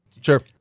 Sure